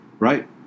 Right